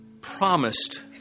promised